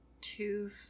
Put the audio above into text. two